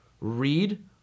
Read